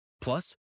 Plus